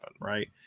right